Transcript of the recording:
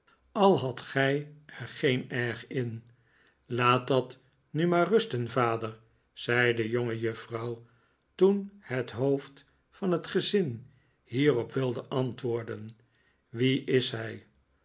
al hadt gij er geen erg in laat dat nu maar rusten vader zei de jongejuffrouw toen het hoofd van het gezin hierop wilde antwoorden wie is hij